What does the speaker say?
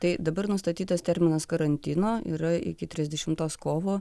tai dabar nustatytas terminas karantino yra iki trisdešimtos kovo